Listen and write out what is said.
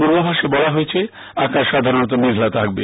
পূর্বাভাসে বলা হয়েছে আকাশ সাধারণত মেঘলা থাকবে